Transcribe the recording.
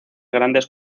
grandes